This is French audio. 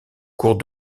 cours